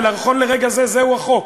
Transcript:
ונכון לרגע זה זהו החוק,